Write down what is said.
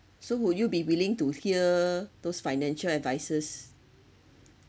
so would you be willing to hear those financial advisors